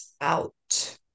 Out